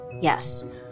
Yes